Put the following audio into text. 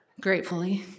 gratefully